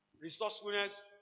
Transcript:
resourcefulness